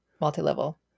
multi-level